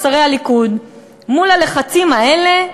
לשרי הליכוד: מול הלחצים האלה,